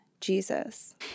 Jesus